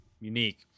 unique